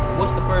what's the